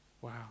Wow